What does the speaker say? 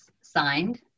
signed